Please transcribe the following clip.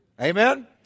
Amen